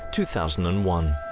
two thousand and one.